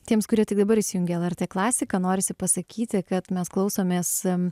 tiems kurie tik dabar įsijungė lrt klasiką norisi pasakyti kad mes klausomės